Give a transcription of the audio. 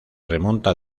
remonta